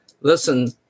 Listen